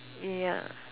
ya